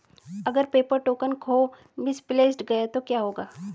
अगर paper token खो misplaced गया तो क्या होगा?